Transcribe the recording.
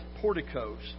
porticos